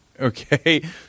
okay